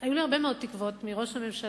היו לי הרבה מאוד תקוות מראש הממשלה